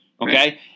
Okay